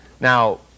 Now